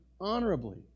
honorably